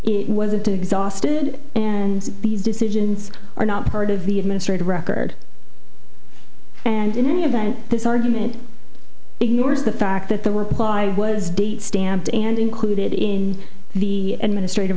it wasn't exhausted and these decisions are not part of the administrative record and in any event this argument ignores the fact that the work was date stamped and included in the administrative